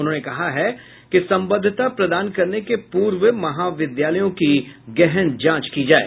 उन्होंने कहा है कि संबद्धता प्रदान करने के पूर्व महाविद्यालयों की गहन जांच की जाये